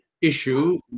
issue